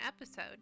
episode